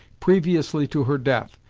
previously to her death,